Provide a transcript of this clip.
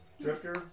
Drifter